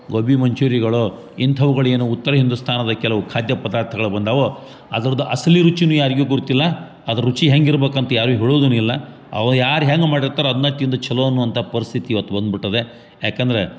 ಗೋಬಿ ಮಂಚೂರಿಗಳೊ ಇಂಥವ್ಗಳು ಏನು ಉತ್ತರ ಹಿಂದೂಸ್ಥಾನದ ಕೆಲವು ಖಾದ್ಯ ಪದಾರ್ಥಗಳು ಬಂದಾವೋ ಅದ್ರದ್ದು ಅಸಲಿ ರುಚಿಯೂ ಯಾರಿಗು ಗುರುತಿಲ್ಲ ಅದರ ರುಚಿ ಹೆಂಗೆ ಇರ್ಬೇಕಂತ ಯಾರು ಹೇಳುದನು ಇಲ್ಲ ಅವ ಯಾರು ಹೆಂಗೆ ಮಾಡಿರ್ತಾರೋ ಅದನ್ನ ತಿಂದು ಛಲೋ ಅನ್ನುವಂಥ ಪರಿಸ್ಥಿತಿ ಇವತ್ತು ಬನ್ಬಿಟ್ಟದೆ ಯಾಕಂದರೆ